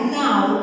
now